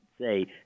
say